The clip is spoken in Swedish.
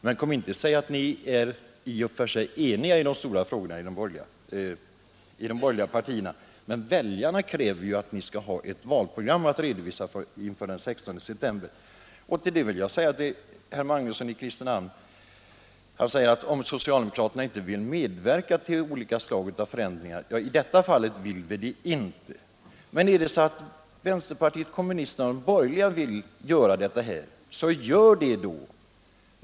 Men kom inte och säg att ni är eniga i de stora frågorna inom de borgerliga partierna. Väljarna kräver ju ändå att ni skall ha ett valprogram att redovisa inför den 16 september. Herr Magnusson i Kristinehamn sade att man får gå fram på en annan väg om inte socialdemokraterna vill medverka till olika slag av förändringar, I detta fall vill vi det inte. Men om vänsterpartiet kommunisterna och de borgerliga partierna vill genomföra denna lagstiftning så får de väl göra det.